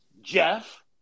Jeff